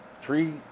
three